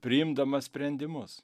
priimdamas sprendimus